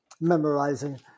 memorizing